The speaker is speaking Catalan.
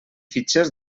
fitxers